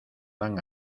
dan